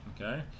okay